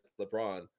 LeBron